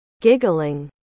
Giggling